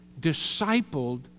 discipled